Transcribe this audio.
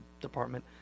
department